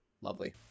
Lovely